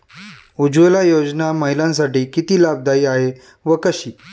उज्ज्वला योजना महिलांसाठी किती लाभदायी आहे व कशी?